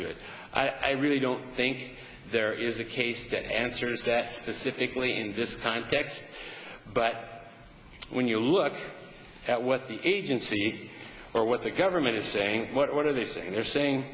to it i really don't think there is a case that answers that specifically in this context but when you look at what the agency or what the government is saying what are they saying they're saying